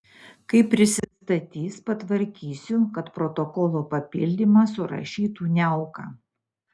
kai prisistatys patvarkysiu kad protokolo papildymą surašytų niauka